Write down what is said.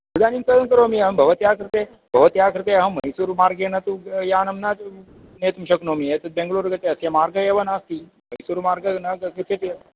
इदानीं किं करोमि अहं भवत्या कृते भवत्या कृते अहं मैसूरु मार्गेण तु यानं न नेतुं शक्नोमि एतद् बेङ्गलूरु गच्छति अस्य मार्ग एव नास्ति मैसूरु मार्गे न गच्छति एव